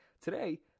today